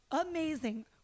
amazing